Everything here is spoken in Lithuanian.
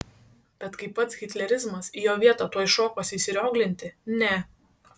bet kai pats hitlerizmas į jo vietą tuoj šokosi įsirioglinti ne